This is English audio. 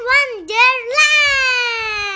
Wonderland